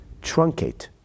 truncate